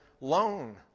loan